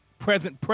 Present